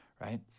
right